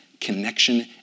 connection